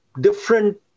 different